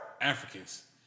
Africans